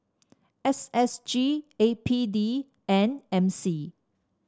S S G A P D and M C